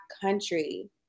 Country